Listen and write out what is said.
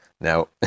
Now